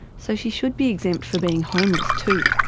so she should be exempt for being homeless too.